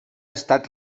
estat